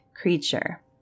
creature